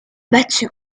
battue